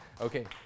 Okay